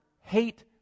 hate